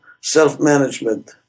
self-management